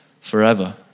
forever